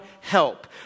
help